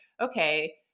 okay